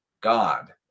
God